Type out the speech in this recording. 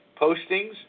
postings